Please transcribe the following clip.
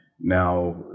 now